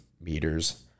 meters